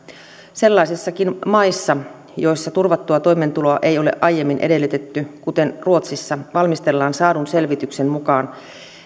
sellaisissakin maissa joissa turvattua toimeentuloa ei ole aiemmin edellytetty kuten ruotsissa valmistellaan saadun selvityksen mukaan